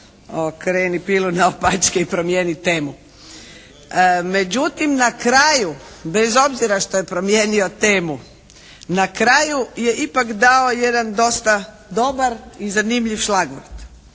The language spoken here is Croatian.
okreni pilu naopčake i promijeni temu. Međutim, na kraju bez obzira što je promijenio temu, na kraju je ipak dao jedan dosta dobar i zanimljiv "šlagvort".